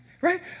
right